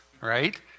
right